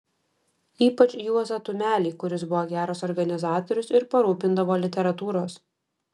ypač juozą tumelį kuris buvo geras organizatorius ir parūpindavo literatūros